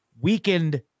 weakened